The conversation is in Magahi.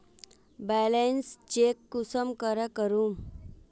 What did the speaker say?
बैलेंस चेक कुंसम करे करूम?